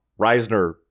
Reisner